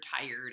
tired